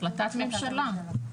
החלטת ממשלה.